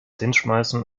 hinschmeißen